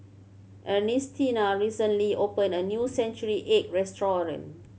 Ernestina recently opened a new century egg restaurant